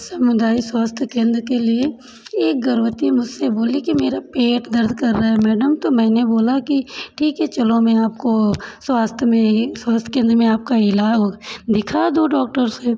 समुदाय स्वास्थ्य केन्द्र के लिए एक गर्भवती मुझसे बोली कि मेरा पेट दर्द कर रहा है मैडम तो मैंने बोला कि ठीक है चलो मैं आपको स्वास्थ्य में ही स्वास्थ्य केंद्र में आपका लाओ दिखा दूँ डॉक्टर्स के